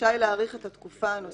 רשאי להאריך את התקופה הנוספת,